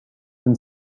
been